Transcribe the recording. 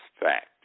fact